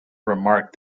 remarked